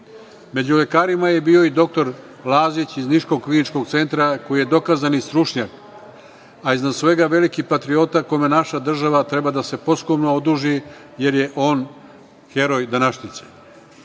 Među lekarima je bio i doktor Lazić iz niškog kliničkog centra koji je dokazani stručnjak, a iznad svega veliki patriota kome naša država treba da se posthumno oduži jer je on heroj današnjice. Posebno